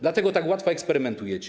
Dlatego tak łatwo eksperymentujecie.